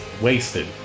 wasted